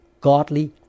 godly